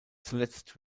zuletzt